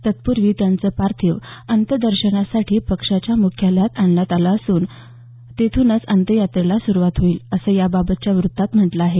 तत्पूर्वी त्यांचं पार्थिव अंत्यदर्शनासाठी पक्षाच्या मुख्यालयात आणण्यात आलं असून तेथूनच अंत्ययात्रेला सुरवात होईल असं याबाबतच्या वृत्तात म्हटलं आहे